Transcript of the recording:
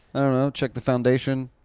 i don't know, check the foundation?